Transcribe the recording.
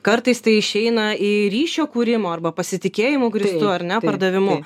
kartais tai išeina į ryšio kūrimo arba pasitikėjimu grįstu ar ne pardavimu